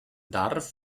darf